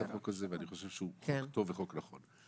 ואני חושב שהוא חוק טוב וחוק נכון.